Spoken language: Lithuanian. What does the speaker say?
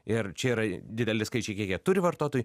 ir čia yra dideli skaičiai kiek jie turi vartotojų